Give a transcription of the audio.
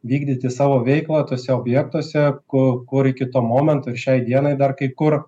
vykdyti savo veiklą tuose objektuose ku kur iki to momento ir šiai dienai dar kai kur